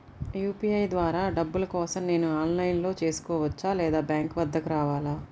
UPI ద్వారా డబ్బులు కోసం నేను ఆన్లైన్లో చేసుకోవచ్చా? లేదా బ్యాంక్ వద్దకు రావాలా?